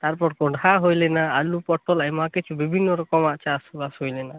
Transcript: ᱛᱟᱨᱯᱚᱨ ᱠᱚᱸᱰᱷᱟ ᱦᱩᱭ ᱞᱮᱱᱟ ᱟᱞᱩ ᱯᱚᱴᱚᱞ ᱟᱭᱢᱟ ᱠᱤᱪᱷᱩ ᱵᱤᱵᱷᱤᱱᱱᱚ ᱨᱚᱠᱚᱢᱟᱜ ᱪᱟᱥ ᱵᱟᱥ ᱦᱩᱭ ᱞᱮᱱᱟ